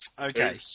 Okay